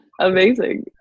amazing